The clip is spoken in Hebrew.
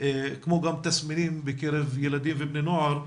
כמו גם תסמינים בקרב ילדים ובני נוער,